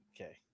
Okay